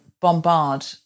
bombard